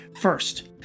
First